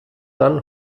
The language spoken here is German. dann